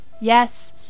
Yes